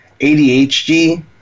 ADHD